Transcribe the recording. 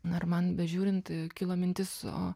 na ir man bežiūrint kilo mintis o